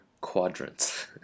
quadrants